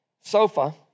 sofa